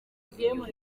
inyuma